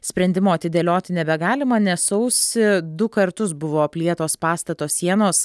sprendimo atidėlioti nebegalima nes sausį du kartus buvo aplietos pastato sienos